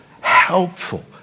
helpful